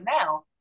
now